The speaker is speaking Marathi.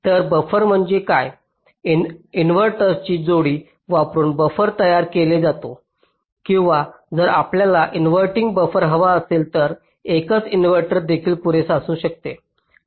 तर बफर म्हणजे काय इन्व्हर्टरची जोडी वापरून बफर तयार केला जातो किंवा जर आपल्याला इन्व्हर्टींग बफर हवा असेल तर एकच इन्व्हर्टर देखील पुरेसे असू शकते